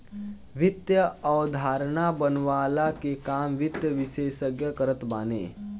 वित्तीय अवधारणा बनवला के काम वित्त विशेषज्ञ करत बाने